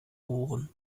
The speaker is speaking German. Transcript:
ohren